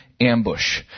ambush